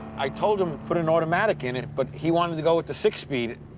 i told him, put an automatic in it, but he wanted to go with the six-speed.